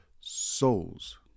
souls